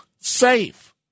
safe